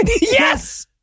Yes